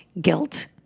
guilt